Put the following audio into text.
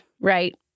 right